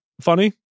funny